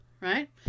right